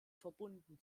verbunden